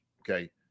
Okay